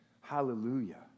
Hallelujah